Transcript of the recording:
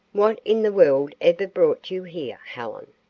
what in the world ever brought you here, helen?